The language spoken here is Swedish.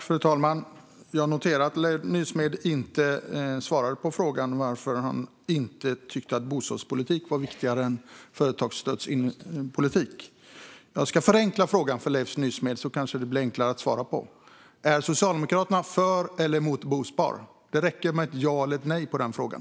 Fru talman! Jag noterade att Leif Nysmed inte svarade på frågan varför han inte tyckte att bostadspolitik var viktigare än företagsstödspolitik. Jag ska förenkla frågan för Leif Nysmed så att den kanske blir enklare att svara på. Är Socialdemokraterna för eller emot bospar? Det räcker med ett ja eller nej på den frågan.